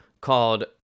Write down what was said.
called